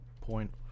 point